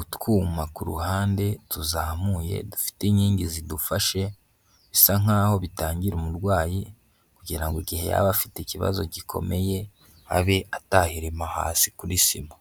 utwuma ku ruhande tuzamuye, dufite inkingi zidufashe, bisa nkaho bitangira umurwayi kugirango igihe yaba afite ikibazo gikomeye abe atahirima hasi kuri sima.